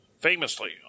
famously